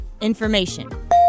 Information